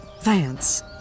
Vance